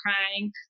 crying